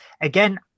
again